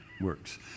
works